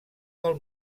del